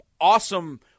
awesome